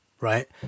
right